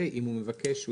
ואם הוא מבקש,